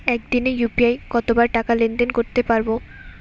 একদিনে ইউ.পি.আই কতবার টাকা লেনদেন করতে পারব?